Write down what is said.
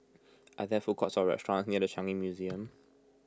are there food courts or restaurants near the Changi Museum